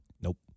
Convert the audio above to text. Nope